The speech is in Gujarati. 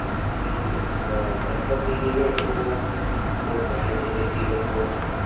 ગણપતિને લોકો ખૂબ માને છે જેથી લોકો